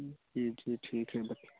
हम्म जी जी ठीक है बात